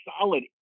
solid